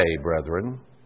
brethren